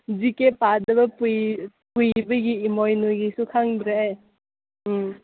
G ꯀꯦ ꯄꯥꯗꯕ ꯀꯨꯏꯕꯒꯤ ꯏꯃꯣꯏꯅꯨꯒꯤꯁꯨ ꯈꯪꯗ꯭ꯔꯦ ꯎꯝ